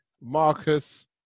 Marcus